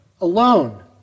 alone